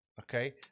okay